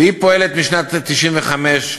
פועלת משנת 1995,